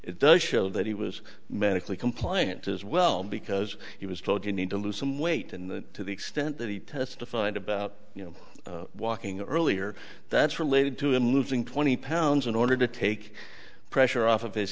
it does show that he was manically compliant as well because he was told you need to lose some weight and to the extent that he testified about you know walking earlier that's related to him moving twenty pounds in order to take pressure off of his